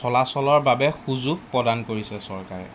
চলাচলৰ বাবে সুযোগ প্ৰদান কৰিছে চৰকাৰে